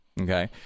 Okay